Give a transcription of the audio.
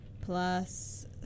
plus